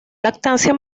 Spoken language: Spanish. lactancia